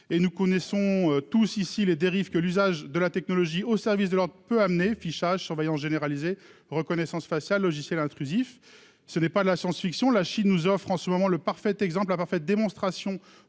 et nous connaissons tous ici les dérives que l'usage de la technologie au service de leur peut amener fichages, surveillance généralisée reconnaissance faciale logiciels intrusifs, ce n'est pas de la science-fiction, la Chine nous offre en ce moment le parfaite exemple la parfaite démonstration